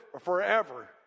forever